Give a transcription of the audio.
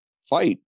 fight